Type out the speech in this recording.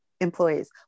Employees